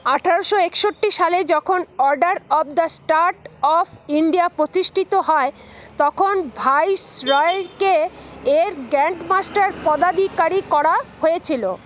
আঠারোশো একষট্টি সালে যখন order of the star of India প্রতিষ্ঠিত হয় তখন ভাইসরয়কে এর গ্র্যান্ড মাস্টার পদাধিকারী করা হয়েছিল